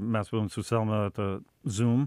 mes buvom su selma ta zoom